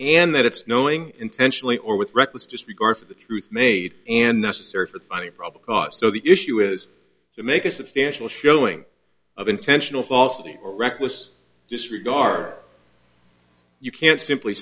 and that it's knowing intentionally or with reckless disregard for the truth made and necessary for finding probably cause so the issue is to make a substantial showing of intentional falsity or reckless disregard you can't simply